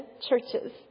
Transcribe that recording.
churches